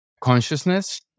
consciousness